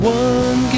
one